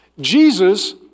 Jesus